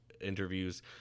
interviews